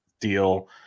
deal